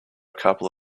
couple